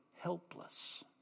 helpless